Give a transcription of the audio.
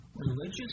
Religious